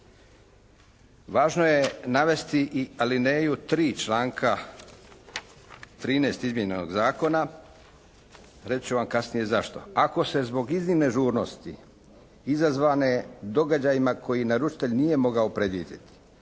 Važno je navesti i alineju 3. članka 13. izmjena ovog Zakona. Reći ću vam kasnije zašto. Ako se zbog iznimne žurnosti izazvane događajima koje naručitelj nije mogao predvidjeti,